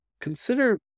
consider